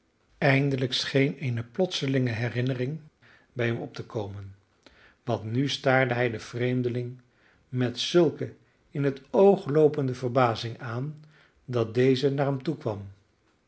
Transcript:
eindelijk scheen eene plotselinge herinnering bij hem op te komen want nu staarde hij den vreemdeling met zulke in het oogloopende verbazing aan dat deze naar hem toekwam